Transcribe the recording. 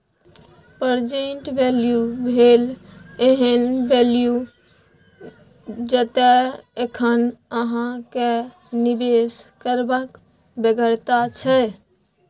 present value भेल एहन value जतय एखन अहाँ केँ निबेश करबाक बेगरता छै